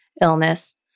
illness